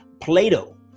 Plato